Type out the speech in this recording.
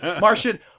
Martian